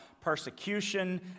persecution